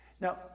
Now